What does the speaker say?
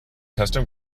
custom